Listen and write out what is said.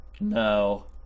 no